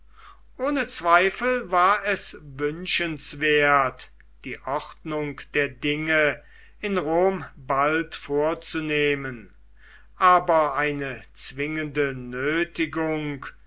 ohne zweifel war es wünschenswert die ordnung der dinge in rom bald vorzunehmen aber eine zwingende